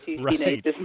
right